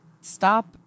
Stop